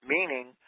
Meaning